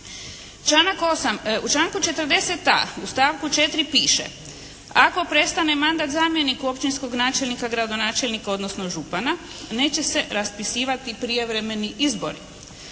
Članak 8. U članku 40.a u stavku 4. piše: «Ako prestane mandat zamjeniku općinskog načelnika, gradonačelnika odnosno župana neće se raspisivati prijevremeni izbori.